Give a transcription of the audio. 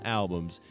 albums